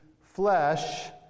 flesh